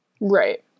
Right